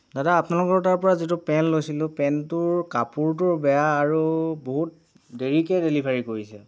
দাদা আপোনালোকৰ তাৰ পৰা যিটো পেণ্ট লৈছিলোঁ পেণ্টটোৰ কাপোৰটো বেয়া আৰু বহুত দেৰীকে ডেলিভাৰী কৰিছে